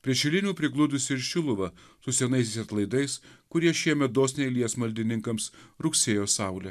prie šilinių prigludus ir šiluva su senaisiais atlaidais kurie šiemet dosniai lies maldininkams rugsėjo saulę